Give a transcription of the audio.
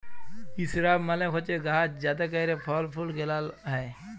ইসরাব মালে হছে গাহাচ যাতে ক্যইরে ফল ফুল গেলাল হ্যয়